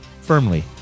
firmly